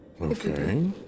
Okay